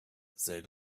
they